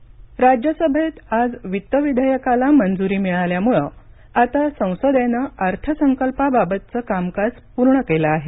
वित्त विधेयक राज्यसभेत आज वित्त विधेयकाला मंजुरी मिळाल्यामुळे आता संसदेनं अर्थसंकल्पाबाबतचं कामकाज पूर्ण केलं आहे